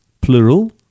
plural